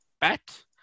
bat